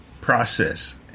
process